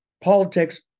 Politics